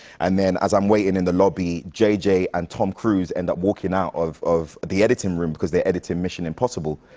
and then as i'm waiting in the lobby, j j. and tom cruise end up walking out of of the editing room, cause they're editing mission impossible.